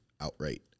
outright